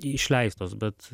išleistos bet